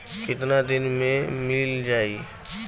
कितना दिन में मील जाई?